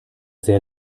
sehr